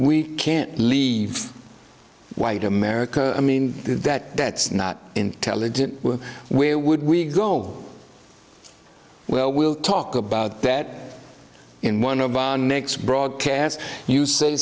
we can't leave white america i mean that that's not intelligent where would we go well we'll talk about that in one of our next broadcast you say